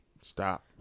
Stop